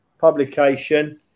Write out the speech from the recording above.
publication